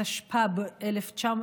התשפ"ב 2021,